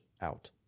out